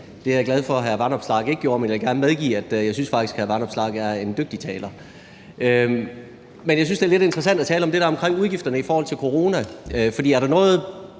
Det er jeg glad for at hr. Alex Vanopslagh ikke gjorde, men jeg vil gerne medgive, at jeg faktisk synes, at hr. Alex Vanopslagh er en dygtig taler. Men jeg synes, det er lidt interessant at tale om det der omkring udgifterne i forhold til corona.